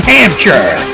Hampshire